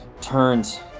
turns